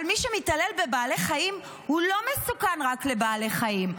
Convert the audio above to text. אבל מי שמתעלל בבעלי חיים הוא לא מסוכן רק לבעלי חיים,